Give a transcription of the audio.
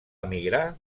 emigrar